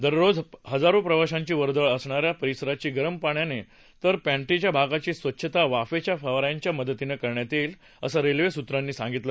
दस्रोज हजारो प्रवाशांची वरदळ असणा या परिसराची गरम पाण्याने तर पॅन्ट्रीच्या भागाची स्वच्छता वाफेच्या फवा यांच्या मदतीनं करण्यात येईल असं रेल्वे सूत्रांनी सांगितलं